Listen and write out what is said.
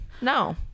no